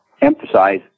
emphasize